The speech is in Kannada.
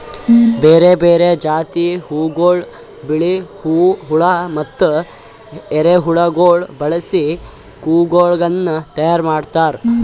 ಬೇರೆ ಬೇರೆ ಜಾತಿದ್ ಹುಳಗೊಳ್, ಬಿಳಿ ಹುಳ ಮತ್ತ ಎರೆಹುಳಗೊಳ್ ಬಳಸಿ ಕೊಳುಕನ್ನ ತೈಯಾರ್ ಮಾಡ್ತಾರ್